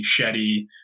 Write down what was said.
Shetty